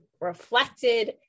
reflected